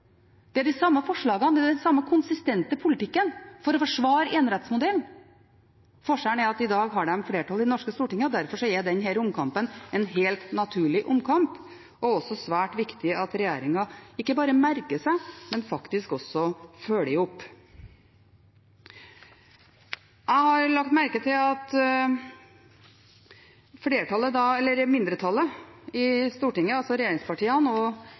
Det er de samme forslagene. Det er den samme konsistente politikken for å forsvare enerettsmodellen. Forskjellen er at den i dag har flertall i det norske storting. Derfor er denne omkampen en helt naturlig omkamp, som det er svært viktig at regjeringen ikke bare merker seg, men faktisk også følger opp. Jeg har lagt merke til at mindretallet i Stortinget, altså regjeringspartiene,